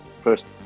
first